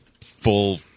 full